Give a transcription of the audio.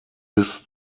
bis